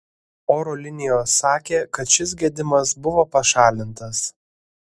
oro linijos sakė kad šis gedimas buvo pašalintas